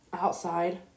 outside